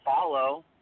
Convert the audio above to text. follow